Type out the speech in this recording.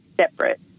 separate